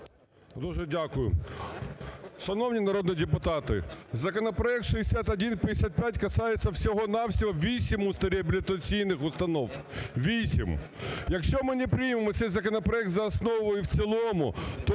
Дуже дякую. Шановні народні депутати, законопроект 6155 касается всього-на-всього 8 реабілітаційних установ, 8. Якщо ми не приймемо цей законопроект за основу і в цілому,